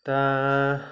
दा